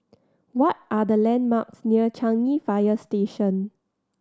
what are the landmarks near Changi Fire Station